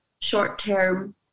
short-term